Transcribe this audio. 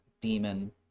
demon